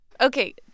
okay